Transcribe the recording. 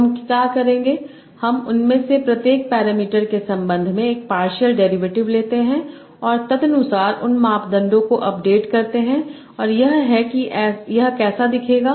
तो हम क्या करेंगे हम इनमें से प्रत्येक पैरामीटर के संबंध में एक पार्शियल डेरिवेटिव लेते हैं और तदनुसार उन मापदंडों को अपडेट करते हैं और यह है कि यह कैसा दिखेगा